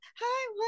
hi